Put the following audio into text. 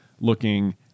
looking